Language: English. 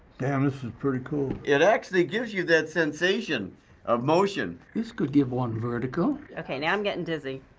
damn, this is pretty cool. it actually gives you that sensation of motion. this could give one vertigo. okay, now i'm getting dizzy.